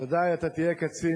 וודאי אתה תהיה קצין,